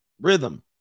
rhythm